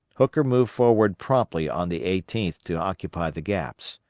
hooker moved forward promptly on the eighteenth to occupy the gaps.